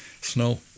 snow